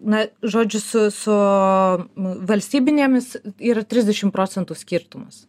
na žodžiu su su valstybinėmis yra trisdešimt procentų skirtumas